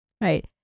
right